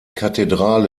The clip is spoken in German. kathedrale